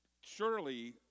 surely